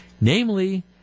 namely